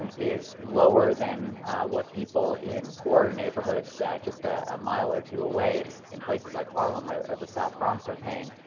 and is lower than what people in poorer neighborhoods just a ah mile or two away, in places like harlem or or the south bronx are paying.